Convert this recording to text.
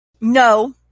No